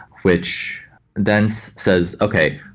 which then says, okay,